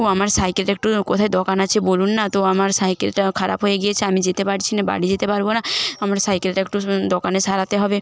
আমার সাইকেলটা একটু কোথায় দোকান আছে বলুন না তো আমার সাইকেলটা খারাপ হয়ে গিয়েছে আমি যেতে পারছি না বাড়ি যেতে পারবো না আমার সাইকেলটা একটু দোকানে সারাতে হবে